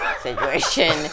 situation